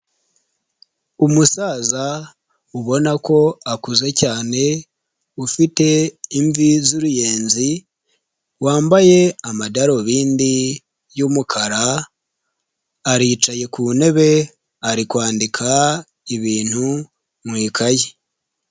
Umusaza ubona ko akuze cyane, ufite imvi z'uruyenzi, wambaye amadarubindi y'umukara, aricaye ku ntebe, ari kwandika ibintu mu ikayi.